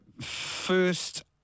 first